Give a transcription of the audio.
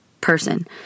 person